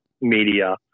media